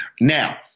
Now